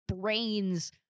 brains